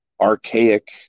archaic